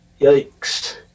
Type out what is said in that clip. Yikes